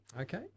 Okay